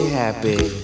happy